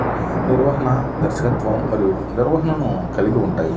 నిర్వహణ, దర్శకత్వం మరియు నిర్వహణను కలిగి ఉంటాయి